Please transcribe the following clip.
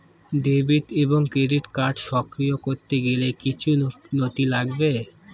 Debit এবং credit card সক্রিয় করতে গেলে কিছু নথি লাগবে?